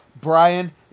Brian